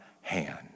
hand